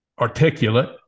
articulate